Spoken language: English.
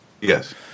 Yes